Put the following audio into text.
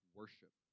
worship